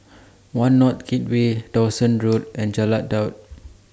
one North Gateway Dawson Road and Jalan Daud